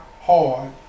hard